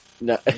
No